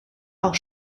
auch